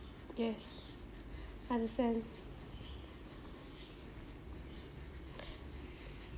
yes understand